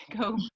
go